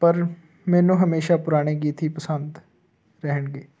ਪਰ ਮੈਨੂੰ ਹਮੇਸ਼ਾ ਪੁਰਾਣੇ ਗੀਤ ਹੀ ਪਸੰਦ ਰਹਿਣਗੇ